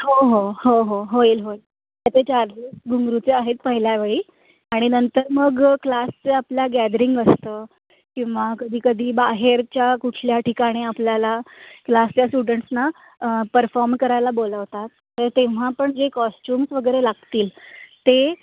हो हो हो हो होईल होईल त्याचे चार्जेस घुंगरूचे आहेत पहिल्या वेळी आणि नंतर मग क्लासचे आपल्या गॅदरिंग असतं किंवा कधीकधी बाहेरच्या कुठल्या ठिकाणी आपल्याला क्लासच्या स्टुडंट्सना परफॉर्म करायला बोलवतात तर तेव्हा पण जे कॉस्ट्युम्स वगैरे लागतील ते